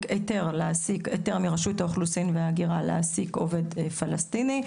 היתר מרשות האוכלוסין וההגירה להעסיק עובד פלסטיני,